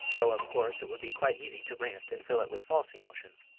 though of course it would be quite easy to rant and fill it with false emotion.